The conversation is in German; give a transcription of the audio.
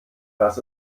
was